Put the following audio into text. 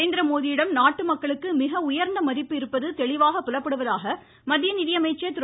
நரேந்திரமோடியிடம் நாட்டு மக்களுக்கு மிக உயர்ந்த மதிப்பு இருப்பது தெளிவுடன் புலப்படுவதாக மத்திய நிதியமைச்சர் திரு